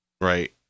right